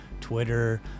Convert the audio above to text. Twitter